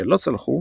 שלא צלחו,